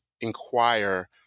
inquire